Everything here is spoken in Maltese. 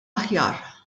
aħjar